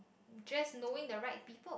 just knowing the right people